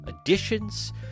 additions